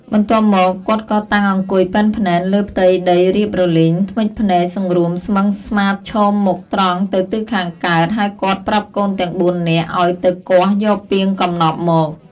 បន្ទាប់មក គាត់ក៏តាំងអង្គុយពែនភ្នែនលើផ្ទៃដីរាបរលីង ធ្មេចភ្នែកសង្រួមស្មឹងស្មាធិ៍ ឈមមុខត្រង់ទៅទិសខាងកើត ហើយគាត់ប្រាប់កូនទាំង៤នាក់ឱ្យទៅគាស់យកពាងកំណប់មក។